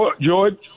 George